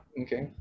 okay